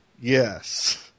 Yes